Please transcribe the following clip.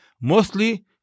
mostly